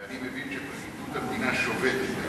ואני מבין שפרקליטות המדינה שובתת היום,